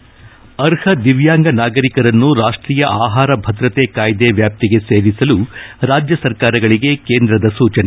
ಎಲ್ಲಾ ಅರ್ಹ ದಿವ್ಯಾಂಗ ನಾಗರಿಕರನ್ನು ರಾಷ್ಟೀಯ ಆಹಾರ ಭದ್ರತೆ ಕಾಯ್ದೆ ವ್ಯಾಪ್ತಿಗೆ ಸೇರಿಸಲು ರಾಜ್ಯ ಸರ್ಕಾರಗಳಿಗೆ ಕೇಂದ ಸೂಚನೆ